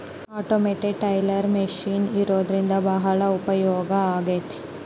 automated teller machine ಇರೋದ್ರಿಂದ ಭಾಳ ಉಪಯೋಗ ಆಗೈತೆ